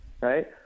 right